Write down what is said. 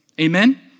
Amen